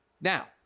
Now